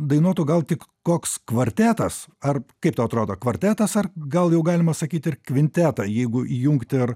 dainuotų gal tik koks kvartetas ar kaip tau atrodo kvartetas ar gal jau galima sakyt ir kvintetą jeigu įjungti ir